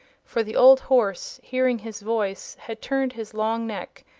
for the old horse, hearing his voice, had turned his long neck,